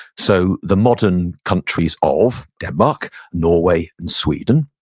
so the modern countries of denmark, norway, and sweden.